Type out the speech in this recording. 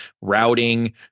routing